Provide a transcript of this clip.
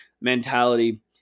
mentality